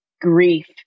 grief